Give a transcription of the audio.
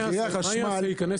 אגב,